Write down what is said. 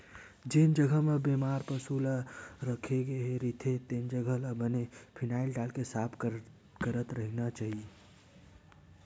जेन जघा म बेमार पसु ल राखे गे रहिथे तेन जघा ल बने फिनाईल डालके साफ करत रहिना चाही